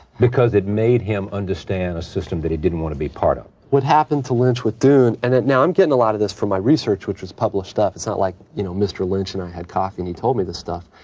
because it made him understand a system that he didn't want to be part of. what happened to lynch with dune and now, i'm getting a lot of this from my research, which was published stuff. it's not like, you know, mr. lynch and i had coffee and he told me this stuff.